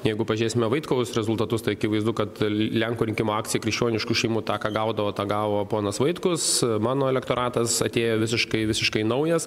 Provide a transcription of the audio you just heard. jeigu pažiūrėsime vaitkaus rezultatus tai akivaizdu kad lenkų rinkimų akcija krikščioniškų šeimų tą ką gaudavo tą gavo ponas vaitkus mano elektoratas atėjo visiškai visiškai naujas